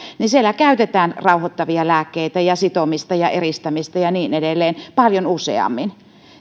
niin siellä käytetään rauhoittavia lääkkeitä ja sitomista ja eristämistä ja niin edelleen paljon useammin